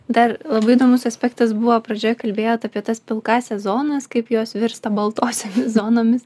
dar labai įdomus aspektas buvo pradžioj kalbėjot apie tas pilkąsias zonas kaip jos virsta baltosiomis zonomis